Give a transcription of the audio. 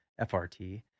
FRT